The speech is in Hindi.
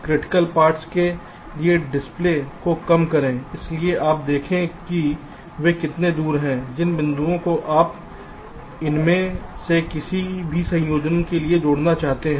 क्रिटिकल पार्ट्स के लिए डिले को कम करें इसलिए आप देखें कि वे कितने दूर हैं जिन बिंदुओं को आप इनमें से किसी भी संयोजन के लिए जोड़ना चाहते हैं